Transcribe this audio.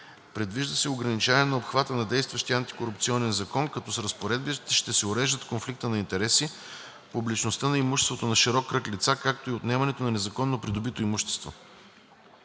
Предвижда се ограничаване на обхвата на действащия антикорупционен закон, като с разпоредбите ще се уреждат конфликтът на интереси, публичността на имуществото на широк кръг лица, както и отнемането на незаконно придобитото имущество.